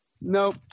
Nope